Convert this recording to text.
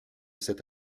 cet